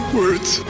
words